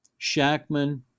Shackman